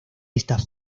estas